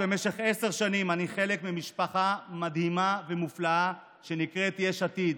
במשך עשר שנים אני חלק ממשפחה מדהימה ומופלאה שנקראת יש עתיד,